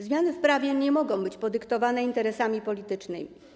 Zmiany w prawie nie mogą być podyktowane interesami politycznymi.